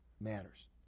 matters